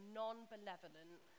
non-benevolent